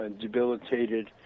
debilitated